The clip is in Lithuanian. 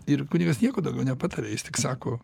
ir kunigas nieko daugiau nepataria jis tik sako